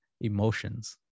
emotions